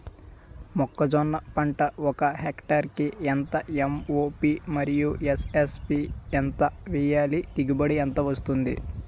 మొక్కజొన్న పంట ఒక హెక్టార్ కి ఎంత ఎం.ఓ.పి మరియు ఎస్.ఎస్.పి ఎంత వేయాలి? దిగుబడి ఎంత వస్తుంది?